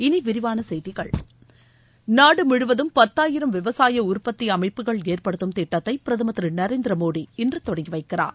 இனி விரிவான செய்திகள் நாடு முழுவதும் பத்தாயிரம் விவசாய உற்பத்தி அமைப்புகள் ஏற்படுத்தும் திட்டத்தை பிரதமர் திரு நரேந்திர மோடி இன்று தொடங்கி வைக்கிறார்